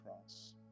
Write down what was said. cross